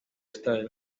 style